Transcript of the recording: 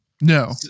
No